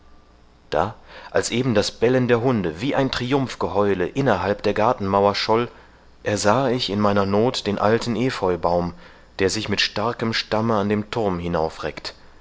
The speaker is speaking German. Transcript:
da als eben das bellen der hunde wie ein triumphgeheule innerhalb der gartenmauer scholl ersahe ich in meiner noth den alten epheubaum der sich mit starkem stamme an dem thurm